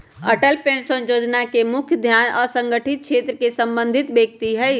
Atal pension जोजना के मुख्य ध्यान असंगठित क्षेत्र से संबंधित व्यक्ति हइ